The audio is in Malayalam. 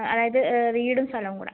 അതായത് വീടും സ്ഥലവും കൂടെ